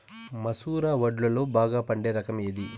మసూర వడ్లులో బాగా పండే రకం ఏది?